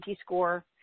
score